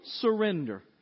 surrender